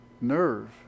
nerve